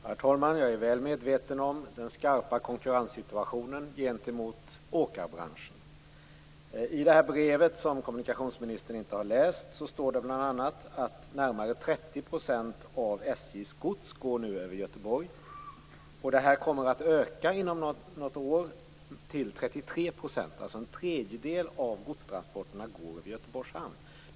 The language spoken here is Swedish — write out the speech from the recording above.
Herr talman! Jag är väl medveten om den skarpa konkurrenssituationen gentemot åkeribranschen. I brevet, som kommunikationsministern inte har läst, står det bl.a. att närmare 30 % av SJ:s gods nu går över Göteborg, och den mängden kommer att öka inom något år till 33 %, alltså en tredjedel av godstransporterna kommer att gå över Göteborgs hamn.